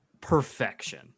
perfection